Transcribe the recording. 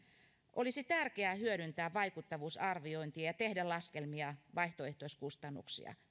olisi tärkeää hyödyntää vaikuttavuusarviointia ja tehdä laskelmia vaihtoehtoiskustannuksista